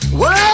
whoa